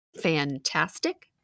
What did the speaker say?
fantastic